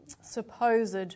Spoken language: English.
supposed